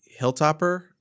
Hilltopper